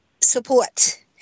support